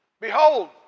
behold